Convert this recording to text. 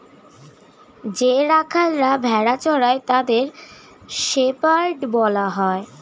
যে রাখালরা ভেড়া চড়ায় তাদের শেপার্ড বলা হয়